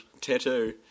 tattoo